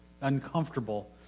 uncomfortable